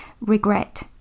regret